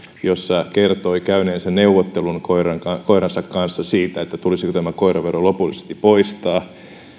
jossa kertoi käyneensä neuvottelun koiransa koiransa kanssa siitä tulisiko tämä koiravero lopullisesti poistaa